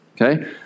okay